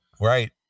Right